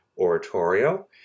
oratorio